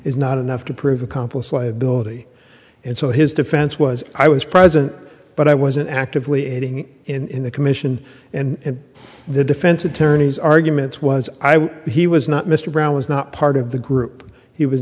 is not enough to prove accomplice liability and so his defense was i was present but i wasn't actively aiding in the commission and the defense attorney's arguments was he was not mr brown was not part of the group he was